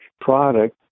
product